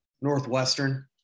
Northwestern